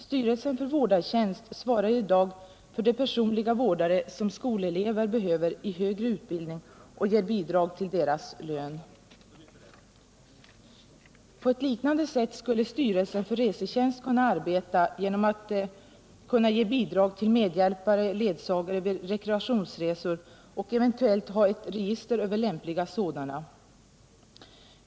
Styrelsen för vårdartjänst svarar i dag för de personliga vårdare som skolelever behöver i högre utbildning och ger bidrag till deras lön. På ett liknande sätt skulle styrelsen för resetjänst kunna arbeta genom att ge bidrag till medhjälpare/ledsagare vid rekreationsresor och eventuellt ha ett register över lämpliga sådana.